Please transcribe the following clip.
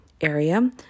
area